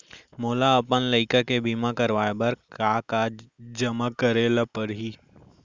मोला अपन लइका के बीमा करवाए बर का का जेमा करे ल परही?